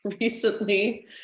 recently